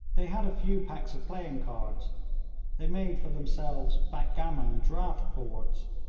they had a few packs of playing cards they made for themselves backgammon and draught-boards,